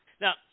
Now